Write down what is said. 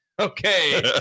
okay